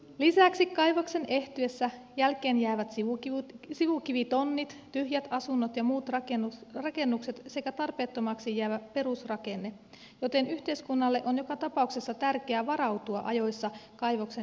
lisäksi kaivoksen ehtyessä jälkeen jäävät sivukivitonnit tyhjät asunnot ja muut rakennukset sekä tarpeettomaksi jäävä perusrakenne joten yhteiskunnalle on joka tapauksessa tärkeää varautua ajoissa kaivoksen ehtymiseen